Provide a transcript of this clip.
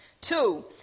Two